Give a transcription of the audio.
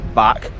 back